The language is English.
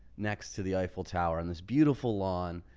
next to the eiffel tower and this beautiful lawn,